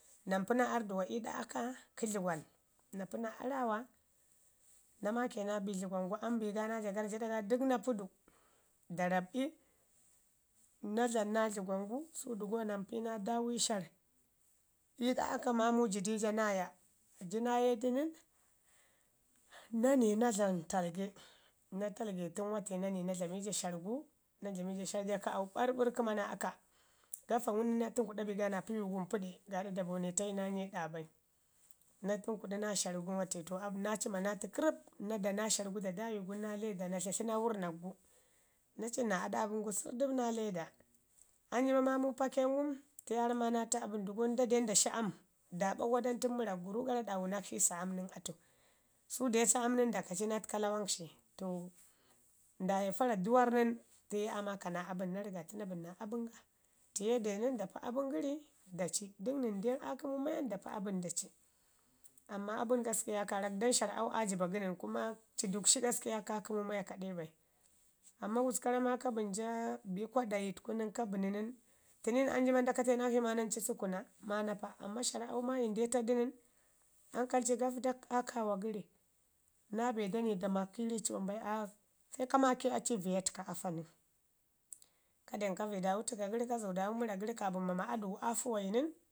na mpa naa riiduwa iida aka kə dləgwan, no pi naa araawa na maake naa bi dlugwan gu ambi ga naa ja garrjaɗa ga dək na ri du da rab'i, na dlamu naa dləgwun gu su dəgo na mpi naa daami shar iɗa aka, maamau ji dija naaya. Ji naaye du nən na ni na dlamu talge na talgetu nən wate na ni naa dlami ja shargu na dlami shar ja ɓarr ɓarr kəma naa, aka. Gaafa ngum naa tənkuɗa bi go ma gumpəɗe gaaɗa da dameta yu na nye ɗa bai, na tunkudu naa shan gu wate naa cima naa atu kərrəp na da naa shar gu da daami gun naa leda, na tlatli naa wurrnak gu na cimu aɗa abən sədəp naa leda. an jima maa man pake ngum, tiye aa ramo maa na ta abən, dugo nda den nda shi am. Daaɗo gwadamu tən mərak gu rru gara ɗawu naa akshi ii sa am nən atu. su de saam nən da kaci na təka lawan shi. Nda ya fara duwarr nən tiye aa maaka naa abəni na rəgatu naa bəni abən ga. tiye de nən da pi abən ga. tiye de nən da pi abən gərida ci. Dək nən deu aa kəmu maye nən da pi abən da ci. Amma go gaskiya kaarak don shar an aa jiba gənən kuma ci dukshi gaskiya kaa kəmu mayo kaɗe bai. Amman gusku ka ramu maa ka bənyi ja bi kwaɗayi təku nən ka bənu nən tənin anjima kate naksjhi maa ndanci sukuna, amman shar au maayim deu to du nən ankal ci da vədak aa kaawi gəri, naa be dani da maaki ii riici wambai a se ka maake aci ii vəyak təko afanən ka den ko vəyi daawu təka gəri ka den ko zuwi daamu mərak gəri kaabən mama aduwau a fəwayi nən